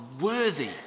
worthy